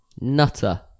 nutter